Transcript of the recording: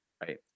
right